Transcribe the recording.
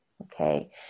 Okay